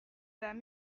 vingt